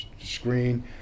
screen